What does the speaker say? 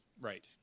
right